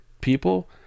people